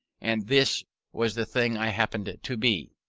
and this was the thing i happened to be.